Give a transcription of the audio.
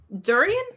Durian